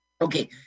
Okay